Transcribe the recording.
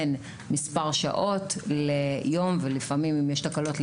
בין מספר שעות ליום ולפעמים אם יש תקלות,